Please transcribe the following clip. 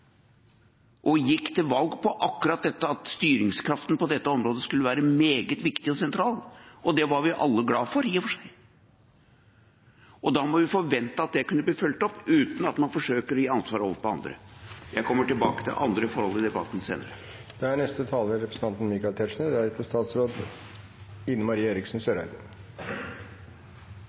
og gikk til valg på akkurat dette at styringskraften på dette området skulle være meget viktig og sentral, og det var vi alle glad for i og for seg, og da må vi forvente at det kunne bli fulgt opp uten at man forsøker å legge ansvaret over på andre. Jeg kommer tilbake til andre forhold i debatten senere.